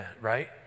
right